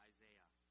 Isaiah